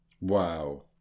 Wow